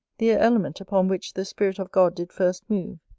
the element upon which the spirit of god did first move,